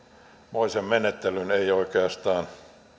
moisen menettelyn ei oikeastaan